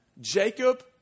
Jacob